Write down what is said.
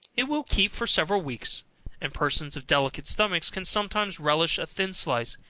it will keep for several weeks and persons of delicate stomachs can sometimes relish a thin slice,